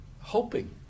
hoping